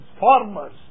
farmers